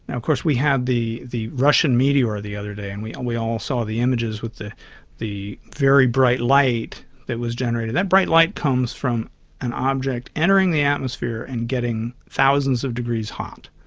and of course we had the the russian meteor the other day, and we and we all saw the images with the the very bright light that was generated. that bright light comes from an object entering the atmosphere and getting thousands of degrees hot.